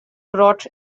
brought